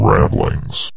Ramblings